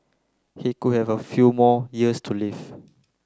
he could have a few more years to live